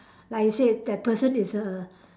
like you say that person is a